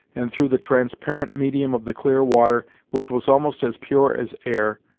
and through the transparent medium of the clear water, which was almost as pure as air,